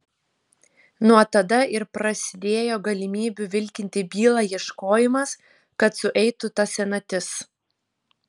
nuo tada ir prasidėjo galimybių vilkinti bylą ieškojimas kad sueitų ta senatis